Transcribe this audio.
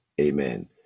Amen